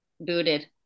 booted